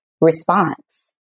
response